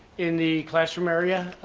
in the classroom area,